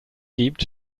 gibt